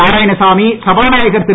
நாராயணசாமி சபாநாயகர் திரு